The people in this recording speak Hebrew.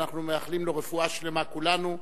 ואנחנו מאחלים לו רפואה שלמה, כולנו,